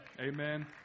Amen